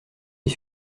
les